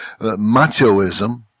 machoism